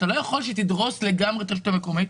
אתה לא יכול שהיא תדרוס לגמרי את הרשות המקומית.